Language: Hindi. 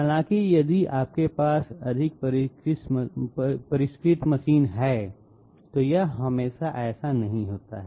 हालाँकि यदि आपके पास अधिक परिष्कृत मशीन है तो यह हमेशा ऐसा नहीं होता है